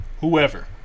whoever